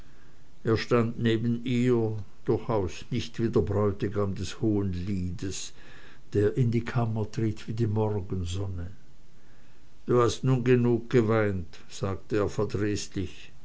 er stand neben ihr durchaus nicht wie der bräutigam des hohen liedes der in die kammer tritt wie die morgensonne du hast nun genug geweint sagte er